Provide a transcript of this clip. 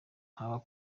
haba